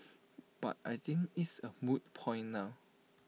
but I think it's A moot point now